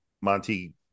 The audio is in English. Monty